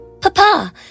Papa